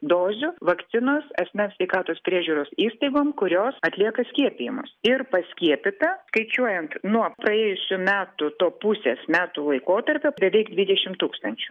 dozių vakcinos asmens sveikatos priežiūros įstaigom kurios atlieka skiepijimus ir paskiepyta skaičiuojant nuo praėjusių metų to pusės metų laikotarpio beveik dvidešimt tūkstančių